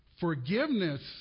Forgiveness